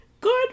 good